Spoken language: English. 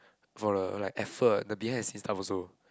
for the like effort the behind the scenes stuff also